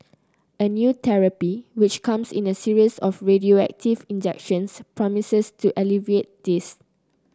a new therapy which comes in a series of radioactive injections promises to alleviate this